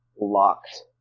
locked